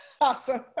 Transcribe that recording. Awesome